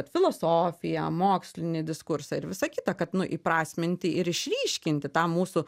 filosofiją mokslinį diskursą ir visa kita kad nu įprasminti ir išryškinti tą mūsų